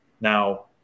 Now